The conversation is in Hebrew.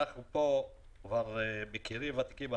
ואנחנו פה כבר מכרים ותיקים,